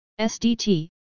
SDT